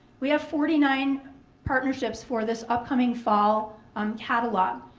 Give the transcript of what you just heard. we have forty nine partnerships for this upcoming fall um catalog.